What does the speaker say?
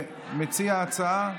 מציע ההצעה,